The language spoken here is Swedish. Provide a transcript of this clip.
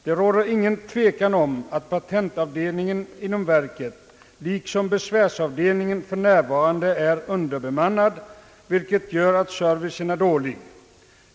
Det råder ingen tvekan om att patentavdelningen liksom även besvärsavdelningen för närvarande är underbemannade, vilket gör att servicen blir dålig.